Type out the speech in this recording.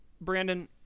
Brandon